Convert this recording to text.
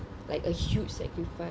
like a huge sacrifice